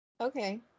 Okay